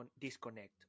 disconnect